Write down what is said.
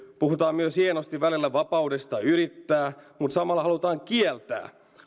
puhutaan hienosti myös vapaudesta yrittää mutta samalla halutaan kieltää esimerkiksi